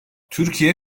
türkiye